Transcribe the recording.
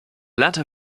latter